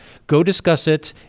go discuss it.